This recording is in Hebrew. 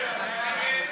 24)